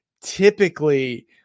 typically